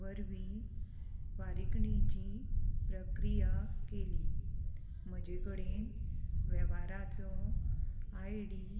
वरवीं फारीकणीची प्रक्रिया केली म्हजे कडेन वेव्हाराचो आय डी